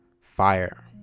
fire